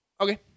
okay